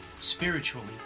spiritually